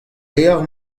levr